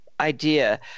idea